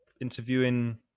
interviewing